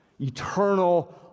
eternal